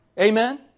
Amen